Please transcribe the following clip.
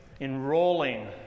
enrolling